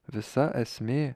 visa esmė